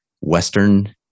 Western